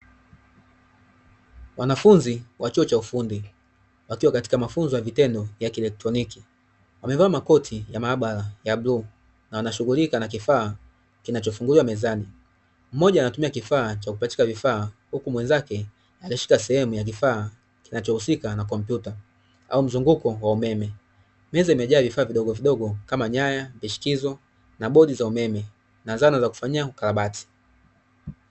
Wanafunzi wa chuo cha ufundi wakiwa katika mafunzo ya vitendo ya kielotroniki, wamevaa makoti ya maabara ya bluu na wanashughulika na kifaa kinachofunguliwa mezani, mmoja anatumia kifaa cha kupachika vifaa huku mwenzake kashika sehemu ya kifaa kinacho husika na kompyuta au mzunguko wa umeme, meza imejaa vifaa vidogo vidogo kama nyaya, vishikizo na bodi za umeme na zana za kufanyia ukarabati.